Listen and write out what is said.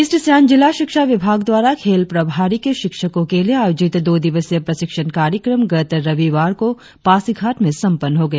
east Siang जिला शिक्षा विभाग द्वारा खेल प्रभारी के शिक्षको के लिए आयोजित दो दिवसीय प्रशिक्षण कार्यक्रम गत रविवार को पासीघाट में संपन्न हो गया